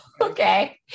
Okay